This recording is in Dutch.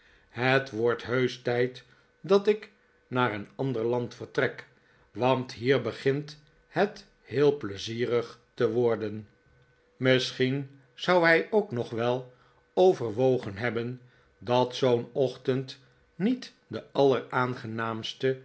het wordt heusch tijd dat ik naar een ander land vertrek want hier begint het heel pleizierig te worden misschien zou hij ook nog wel overwogen hebben dat zoo'n ochtend niet de alleraangenaamste